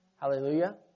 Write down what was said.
Hallelujah